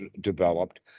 developed